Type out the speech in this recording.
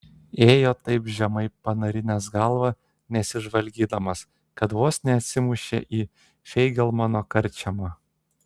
ėjo taip žemai panarinęs galvą nesižvalgydamas kad vos neatsimušė į feigelmano karčiamą